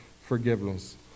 forgiveness